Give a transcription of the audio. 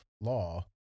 law